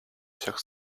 всех